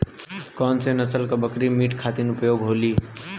कौन से नसल क बकरी मीट खातिर उपयोग होली?